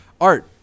Art